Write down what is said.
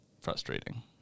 frustrating